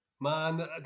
Man